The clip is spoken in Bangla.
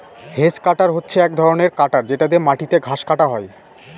হেজ কাটার হচ্ছে এক ধরনের কাটার যেটা দিয়ে মাটিতে ঘাস কাটা হয়